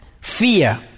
fear